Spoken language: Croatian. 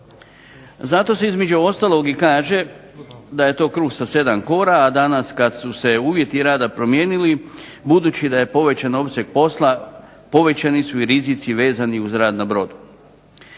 Zato se između ostaloga kaže da je to kruh sa 7 kora, a danas kada su se uvjeti rada promijenili budući da je povećan opseg posla povećani su i rizici vezani uz rad na brodu.